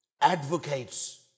advocates